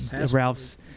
Ralph's